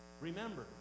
remember